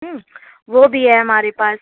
वो भी है हमारे पास